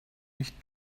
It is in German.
mich